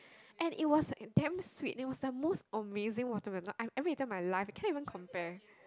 and it was damn sweet it was the most amazing watermelon I ever eaten in my life cannot even compare